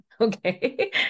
Okay